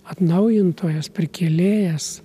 atnaujintojas prikėlėjas